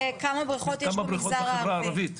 כמה בריכות במגזר הערבי?